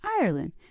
Ireland